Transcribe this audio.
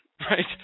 Right